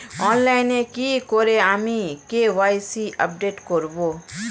অনলাইনে কি করে আমি কে.ওয়াই.সি আপডেট করব?